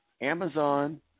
Amazon